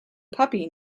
puppy